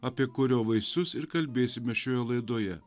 apie kurio vaisius ir kalbėsime šioje laidoje